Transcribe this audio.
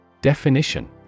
Definition